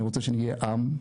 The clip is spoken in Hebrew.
אני רוצה שנהיה עם.